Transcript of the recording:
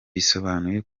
bisobanuye